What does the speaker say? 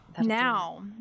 now